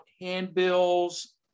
handbills